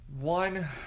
one